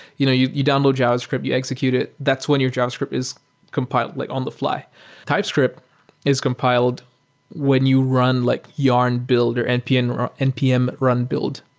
you know you you download javascript, you execute it, that's when your javascript is compiled like on the fl typescript is compiled when you run like yarn build or npm or npm run build.